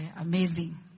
amazing